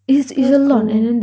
that's cool